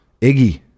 Iggy